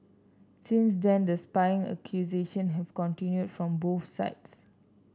since then the spying accusation have continued from both sides